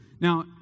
now